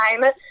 time